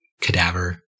cadaver